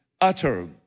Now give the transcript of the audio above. utter